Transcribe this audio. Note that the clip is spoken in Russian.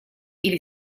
или